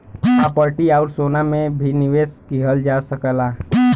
property आउर सोना में भी निवेश किहल जा सकला